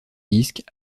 disques